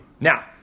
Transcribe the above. Now